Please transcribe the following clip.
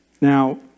Now